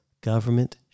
government